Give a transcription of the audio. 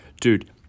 Dude